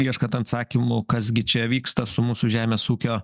ieškant atsakymų kas gi čia vyksta su mūsų žemės ūkio